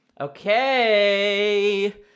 Okay